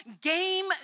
game